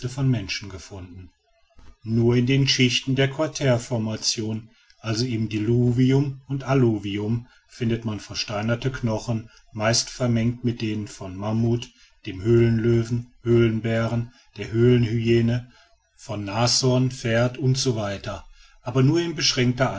von menschen gefunden nur im den schichten der quartärformation also im diluvium und alluvium findet man versteinerte knochen meist vermengt mit denen von mammut dem höhlenlöwen höhlenbären der höhlenhyäne von nashorn pferd etc aber nur in beschränkter